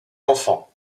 enfants